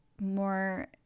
more